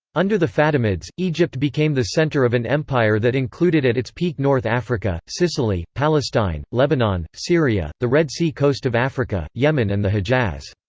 under the fatimids, egypt became the center of an empire that included at its peak north africa, sicily, palestine, lebanon, syria, the red sea coast of africa, yemen and the hejaz.